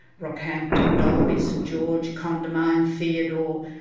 rockhampton, dalby, st george, condamine, theodore,